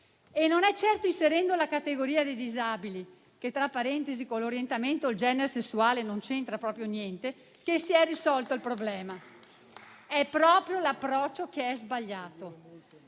Non è certo inserendo la categoria dei disabili che, tra parentesi, con l'orientamento e il genere sessuale non c'entra proprio niente, che si è risolto il problema. È proprio l'approccio che è sbagliato.